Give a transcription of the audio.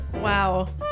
Wow